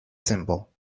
symbol